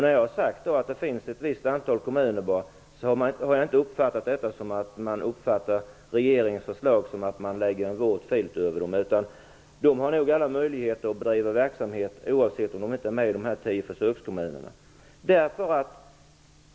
När jag har sagt att det bara finns möjlighet för ett visst antal kommuner, har man inte uppfattat regeringens förslag som att en våt filt läggs över dem. De har nog alla möjligheter att bedriva verksamhet, oavsett om de är bland de tio försökskommunerna eller inte.